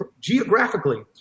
geographically